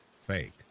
fake